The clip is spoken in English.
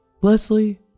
Leslie